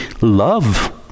love